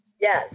Yes